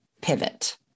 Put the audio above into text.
pivot